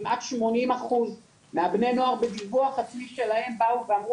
כמעט שמונים אחוז מבני הנוער באו ואמרו